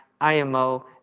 IMO